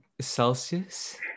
Celsius